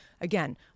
again